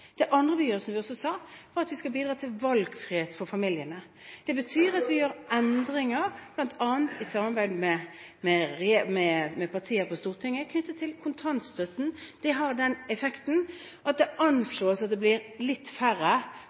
Det andre vi gjør, som vi også har sagt, er å bidra til valgfrihet for familiene. Det betyr at vi gjør endringer, bl.a. i samarbeid med partier på Stortinget, når det gjelder kontantstøtten. Det har den effekten at det anslås at det blir litt færre